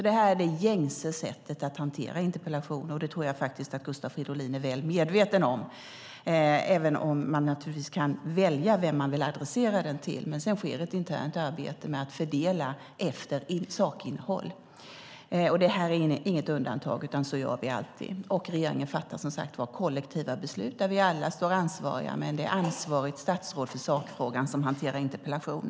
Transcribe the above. Detta är det gängse sättet att hantera interpellationer, och det tror jag att Gustav Fridolin är väl medveten om. Även om man naturligtvis kan välja vem man vill adressera interpellationerna till sker ett internt arbete med att fördela dem efter sakinnehåll. Den interpellation vi nu debatterar är inget undantag, utan så gör vi alltid, och regeringen fattar som sagt kollektiva beslut där vi alla står ansvariga, men det är det statsråd som har ansvar för sakfrågan som hanterar interpellationen.